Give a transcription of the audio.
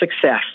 Success